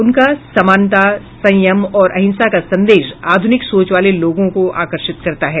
उनका समानता संयम और अहिंसा का संदेश आधुनिक सोच वाले लोगों को आकर्षित करता है